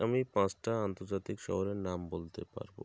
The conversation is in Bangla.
আমি পাঁচটা আন্তর্জাতিক শহরের নাম বলতে পারব